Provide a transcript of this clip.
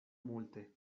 multe